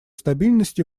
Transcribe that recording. стабильность